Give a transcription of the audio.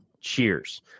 Cheers